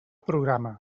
programa